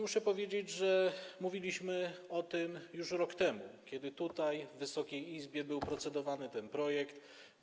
Muszę powiedzieć, że mówiliśmy o tym już rok temu, kiedy tutaj, w Wysokiej Izbie, procedowano nad tym projektem.